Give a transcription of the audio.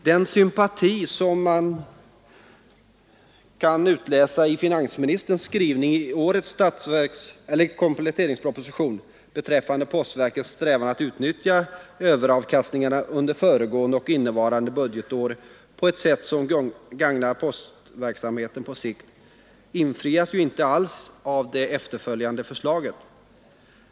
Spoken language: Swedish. Den sympati man kan utläsa i finansministerns skrivning i årets kompletteringsproposition beträffande postverkets strävan att utnyttja överavkastningarna under föregående och innevarande budgetår på ett sätt som gagnar postverksamheten på sikt infrias ju inte alls i det efterföljande förslaget.